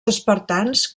espartans